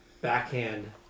backhand